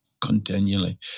Continually